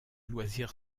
loisirs